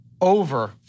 Over